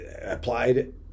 applied